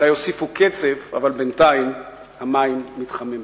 אולי יוסיפו קצף, אבל בינתיים המים מתחממים.